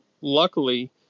luckily